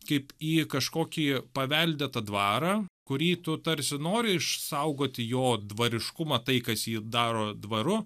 kaip į kažkokį paveldėtą dvarą kurį tu tarsi nori išsaugoti jo dvariškumą tai kas jį daro dvaru